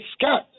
Scott